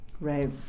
Right